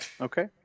Okay